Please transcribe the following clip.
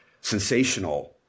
sensational